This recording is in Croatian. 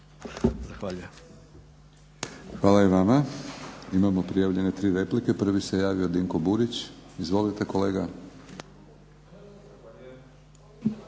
Milorad (HNS)** Imamo prijavljene tri replike. Prvi se javio kolega Dinko Burić. Izvolite kolega.